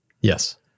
yes